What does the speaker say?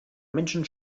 menschen